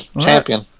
Champion